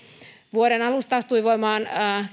vuoden alusta astui voimaan